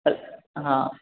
ହଁ